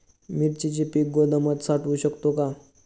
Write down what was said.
मिरचीचे पीक गोदामात साठवू शकतो का?